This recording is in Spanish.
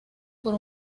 por